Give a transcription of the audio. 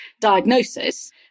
diagnosis